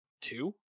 two